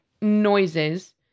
noises